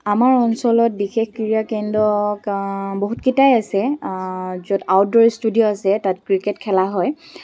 আমাৰ অঞ্চলত বিশেষ ক্ৰীড়াকেন্দ্ৰ বহুতকেইটাই আছে য'ত আউটড'ৰ ষ্টুডিঅ' আছে তাত ক্ৰিকেট খেলা হয়